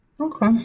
Okay